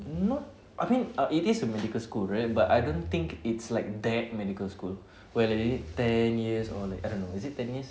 not I mean err it is a medical school right but I don't think it's like that medical school where they need ten years or I don't know is it ten years